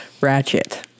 Ratchet